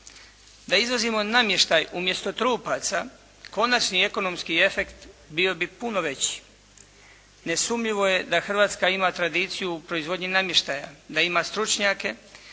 Da izvozimo namještaj umjesto trupaca konačni ekonomski efekt bio bi puno veći. Nesumnjivo je da Hrvatska ima tradiciju u proizvodnji namještaja, da ima stručnjake,